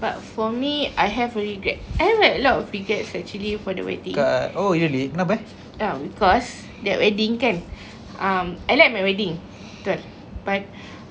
but for me I have regret I have like a lot of regrets actually for the wedding um because that wedding kan um I like my wedding betul but